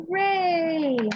Hooray